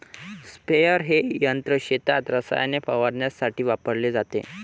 sprayer हे यंत्र शेतात रसायने फवारण्यासाठी वापरले जाते